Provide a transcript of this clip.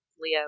Leo